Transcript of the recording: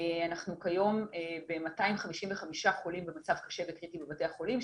אנחנו כיום ב-255 חולים במצב קשה וקריטי בבתי החולים.